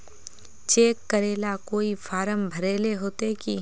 Cheque करेला कोई फारम भरेले होते की?